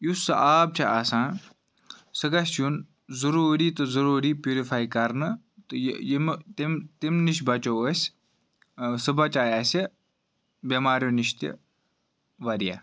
یُس سُہ آب چھُ آسان سُہ گَژھِ چیوٚن ضوٚروٗری تہٕ ضوٚروٗری پیورِفاے کَرنہٕ تہٕ تمہِ نِش بَچو أسۍ سُہ بَچایہِ اَسہِ بیٚمارٮ۪و نِش تہِ واریاہ